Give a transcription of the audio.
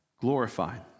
glorified